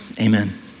Amen